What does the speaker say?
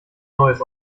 neues